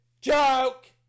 Joke